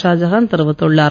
ஷாஜகான் தெரிவித்துள்ளார்